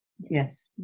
Yes